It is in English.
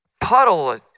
puddle